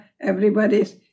everybody's